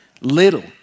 Little